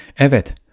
Evet